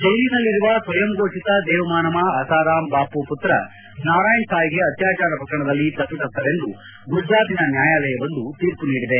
ಜೈಲಿನಲ್ಲಿರುವ ಸ್ವಯಂ ಘೋಷಿತ ದೇವಮಾನವ ಅಸಾರಾಮ್ ಬಾಮ ಮತ್ರ ನಾರಾಯಣ್ ಸಾಯ್ಗೆ ಅತ್ಯಾಚಾರ ಪ್ರಕರಣದಲ್ಲಿ ತಪ್ಪಿತಸ್ದರೆಂದು ಗುಜರಾತಿನ ನ್ಯಾಯಾಲಯವೊಂದು ತೀರ್ಮ ನೀಡಿದೆ